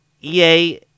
EA